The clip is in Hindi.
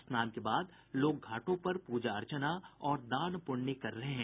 स्नान के बाद लोग घाटों पर प्रजा अर्चना और दान पुण्य कर रहे हैं